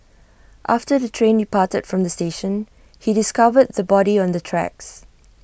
after the train departed from the station he discovered the body on the tracks